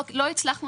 יפסיקו